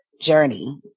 journey